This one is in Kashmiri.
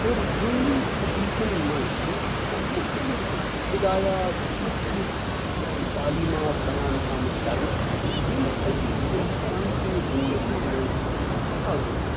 اور یِموٕے حَدیٖثَن مَنٛز چھِ مختلف ہِدایات مختلف گویا کہِ تعلیٖمات بَیان آمٕتۍ کَرنہِ یِم أکِس اِنسان سٕنٛدۍ زندگی مَنٛز چھِ سٮ۪ٹھاہ ضروری